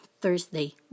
Thursday